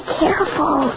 careful